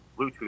Bluetooth